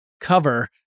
cover